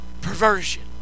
Perversion